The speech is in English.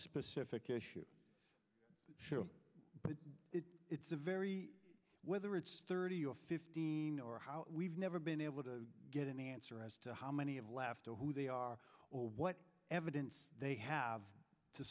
specific issue but it's a very whether it's thirty or fifteen or how we've never been able to get an answer as to how many of laughter who they are or what evidence they have to